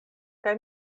kaj